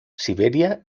siberia